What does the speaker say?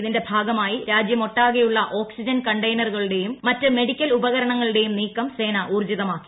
ഇതിന്റെ ഭാഗമായി രാജ്യമൊട്ടാകെയുള്ള ഓക്സിജൻ കണ്ടെയ്നറുകളുടെയും മറ്റ് മെഡിക്കൽ ഉപകരണങ്ങളുടെയും നീക്കം സേന ഊർജിതമാക്കി